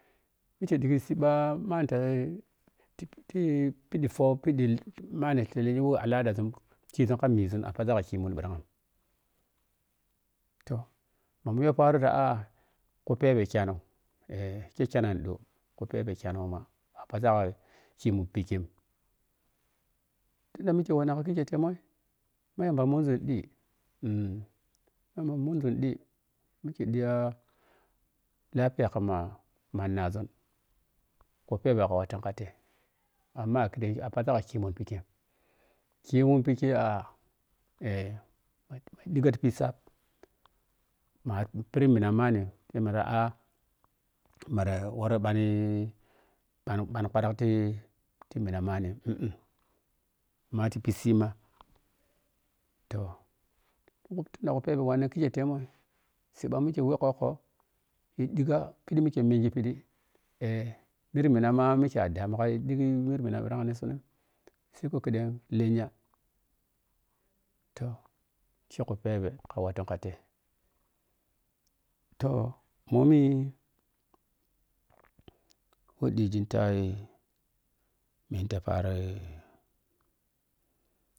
Mike diti siiba mante ti ti phiɗi fo phiɗi mami ti li yi alamazum kizun ka mizu a paza ka kimun bharang toh ma miya paarota aa ku phebe kyano eh ke khenando ku phebe kyanon ma a paza ka kimu bhike tun da muke wanna ka kikei temoh ma mun zun ɗi uh ma yamba munzun di mike ɗiya lapiya kama mannazun kuphebeka watan ka tai amma a kike a puza ka kamun phike kimun pika a ma dika ti kusaap phiɗi minna manni mera a mara wori phani phan phan bharaj ti ti mi manni uhm ma ti pi siima mike we khukko yi ɗiggga phi ɗi mike mengi phidi eh. iri mmana ma mike a damu ka yi digga miri mina bhirag ni sun seko khedeg lenya toh ke ku phebe watun kafe toh momi wo ɗighghi ti yai minta paaroi.